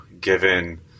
given